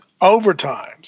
overtimes